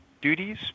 duties